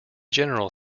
general